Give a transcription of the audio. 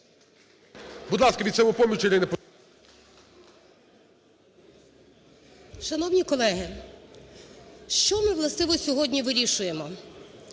Шановні колеги! Що ми властиво сьогодні вирішуємо?